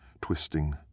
twisting